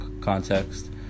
context